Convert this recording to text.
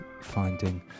finding